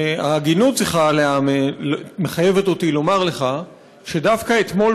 ההגינות מחייבת אותי לומר לך שדווקא אתמול